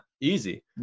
easy